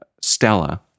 Stella